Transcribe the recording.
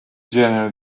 generi